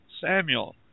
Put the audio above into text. Samuel